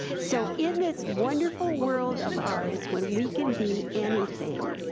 so in this wonderful world of ours, when we could be anything,